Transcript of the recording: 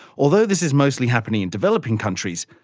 although this is mostly happening in developing countries,